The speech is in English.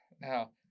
Now